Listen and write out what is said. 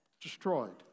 Destroyed